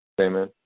Amen